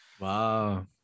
Wow